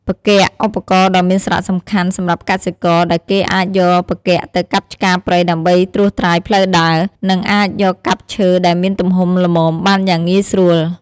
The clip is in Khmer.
ផ្គាក់ ឧបករណ៍ដ៏មានសារៈសំខាន់សម្រាប់កសិករ ដែលគេអាចយកផ្គាក់ទៅកាប់ឆ្ការព្រៃដើម្បីត្រួយត្រាយផ្លូវដើរ និងអាចយកកាប់ឈើដែលមានទំហំល្មមបានយ៉ាងងាយស្រួល។